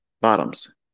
bottoms